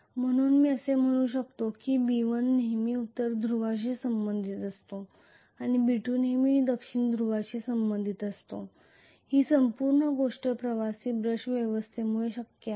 म्हणून मी असे म्हणू शकतो की B1 नेहमीच उत्तर ध्रुवाशी संबंधित असतो आणि B2 नेहमी दक्षिण ध्रुवाशी संबंधित असतो ही संपूर्ण गोष्ट कॅम्म्युटेटर आणि ब्रश व्यवस्थेमुळे शक्य आहे